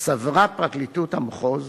מסרה פרקליטות המחוז